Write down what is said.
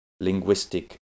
linguistic